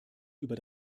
über